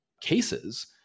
cases